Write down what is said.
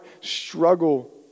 struggle